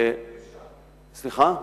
אין דרישה,